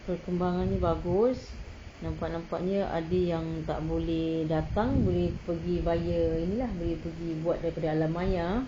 perkembangannya bagus nampak-nampaknya ada yang tak boleh datang boleh pegi via ni lah boleh pergi buat daripada alam maya